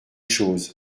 chose